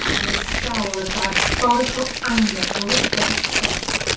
and a scowl of diabolical anger overspread his face.